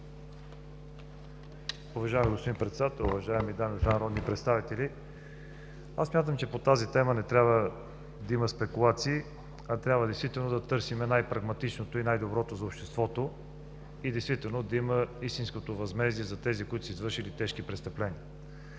Уважаеми господин Председател, уважаеми дами и господа народни представители! Смятам, че по тази тема не трябва да има спекулации, а трябва действително да търсим най-прагматичното и най-доброто за обществото и действително да има истинско възмездие за тези, които са извършили тежки престъпления.